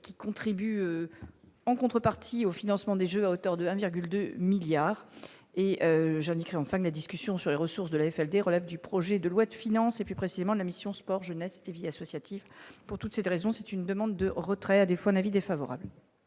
qui contribue en contrepartie au financement des Jeux à hauteur de 1,2 milliard et Janica enfin de la discussion sur les ressources de l'AFLD relève du projet de loi de finances et plus précisément la mission Sport, jeunesse et vie associative pour toutes ces raisons, c'est une demande de retrait, à défaut, un avis défavorable.